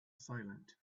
silent